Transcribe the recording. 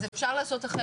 אז אפשר לעשות אחרת.